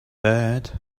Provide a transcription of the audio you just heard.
that